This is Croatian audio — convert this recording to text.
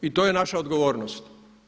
I to je naša odgovornost.